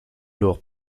lors